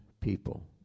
people